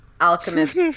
alchemist